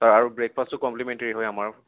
sir আৰু ব্ৰেকফাষ্টটো complimentary হয় আমাৰ